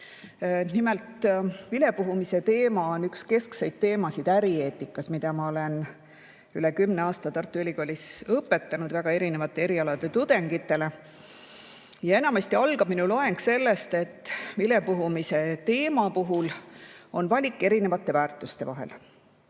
Nimelt, vilepuhumise teema on üks keskseid teemasid ärieetikas, mida ma olen üle kümne aasta Tartu Ülikoolis õpetanud väga erinevate erialade tudengitele. Enamasti algab minu loeng sellest, et vilepuhumise teema puhul on valik erinevate väärtuste vahel.